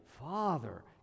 father